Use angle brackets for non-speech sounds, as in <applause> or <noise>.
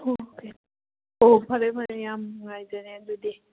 <unintelligible> ꯑꯣ ꯐꯔꯦ ꯐꯔꯦ ꯌꯥꯝ ꯅꯨꯡꯉꯥꯏꯖꯔꯦ ꯑꯗꯨꯗꯤ